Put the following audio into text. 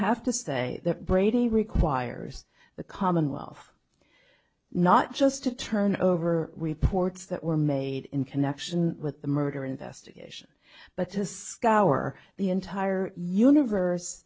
have to say that brady requires the commonwealth not just to turn over reports that were made in connection with the murder investigation but to scour the entire universe